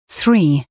three